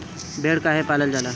भेड़ काहे पालल जाला?